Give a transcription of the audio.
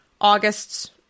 August